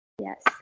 Yes